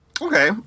okay